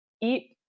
eat